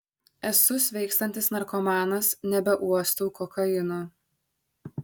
esu sveikstantis narkomanas nebeuostau kokaino